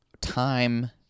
time